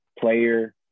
player